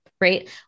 Right